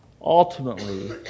ultimately